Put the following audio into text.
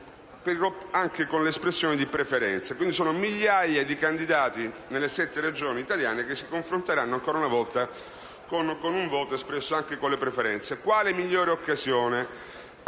anche con l'espressione di preferenze. Saranno dunque migliaia i candidati che, nelle sette Regioni italiane, si confronteranno ancora una volta con un voto espresso con le preferenze. Quale migliore occasione